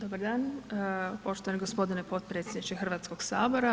Dobar dan, poštovani gospodine potpredsjedniče Hrvatskoga sabora.